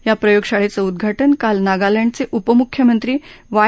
या प्रयोगशाळेचं उद्वाटन काल नागालँडचे उपमुख्यमंत्री वाय